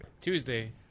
Tuesday